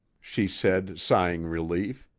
she said, sighing relief.